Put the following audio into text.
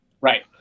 right